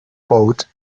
boat